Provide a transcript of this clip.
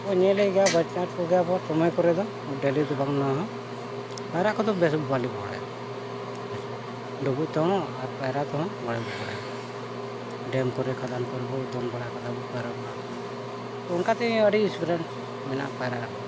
ᱟᱵᱚ ᱧᱮᱞᱮ ᱜᱮᱭᱟ ᱵᱟᱧᱪᱟᱣ ᱠᱚᱜᱮᱭᱟᱵᱚᱱ ᱥᱚᱢᱚᱭ ᱠᱚᱨᱮ ᱫᱚ ᱰᱮᱞᱤ ᱫᱚ ᱵᱟᱝ ᱱᱚᱣᱟ ᱦᱚᱸ ᱯᱟᱭᱨᱟᱜ ᱠᱚᱫᱚ ᱵᱮᱥ ᱵᱟᱞᱮ ᱵᱚᱲᱟᱭᱟᱵᱚ ᱰᱩᱵᱩᱡ ᱛᱮᱦᱚᱸ ᱟᱨ ᱯᱟᱭᱨᱟ ᱛᱮᱦᱚᱸ ᱵᱟᱞᱮ ᱵᱟᱲᱟᱭᱟ ᱰᱮᱢ ᱠᱚᱨᱮ ᱠᱷᱟᱫᱟᱱ ᱠᱚᱨᱮ ᱵᱚᱱ ᱫᱚᱱ ᱵᱟᱲᱟ ᱟᱠᱟᱫᱟ ᱵᱚᱱ ᱯᱟᱭᱨᱟ ᱵᱟᱲᱟ ᱠᱟᱱᱟ ᱵᱚ ᱚᱱᱠᱟ ᱛᱮᱜᱮ ᱟᱹᱰᱤ ᱮᱠᱥᱯᱨᱤᱭᱮᱱᱥ ᱢᱮᱱᱟᱜᱼᱟ ᱯᱟᱭᱨᱟᱜ ᱨᱮᱫᱚ